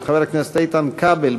של חבר הכנסת איתן כבל,